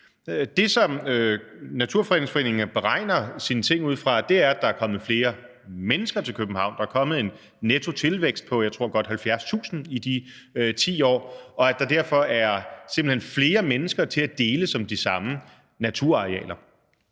Det, som Naturfredningsforeningen beregner sine ting ud fra, er, at der er kommet flere mennesker til København. Der har været en nettotilvækst på, jeg tror godt 70.000 i de 10 år, og derfor er der simpelt hen flere mennesker til at deles om de samme naturarealer.